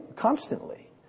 constantly